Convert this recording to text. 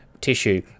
tissue